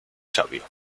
savio